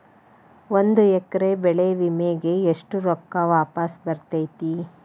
ಒಂದು ಎಕರೆ ಬೆಳೆ ವಿಮೆಗೆ ಎಷ್ಟ ರೊಕ್ಕ ವಾಪಸ್ ಬರತೇತಿ?